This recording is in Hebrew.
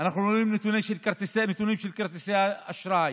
של כרטיסי האשראי